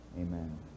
amen